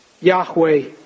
Yahweh